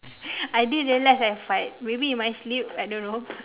I didn't realise I fart maybe in my sleep I don't know